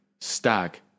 Stag